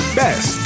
best